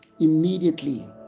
immediately